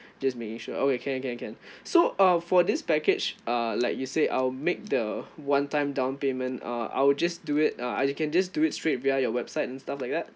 just making sure okay can can can so uh for this package uh like you said I'll make the one time down payment uh I will just do it uh I can just do it straight via your website and stuff like that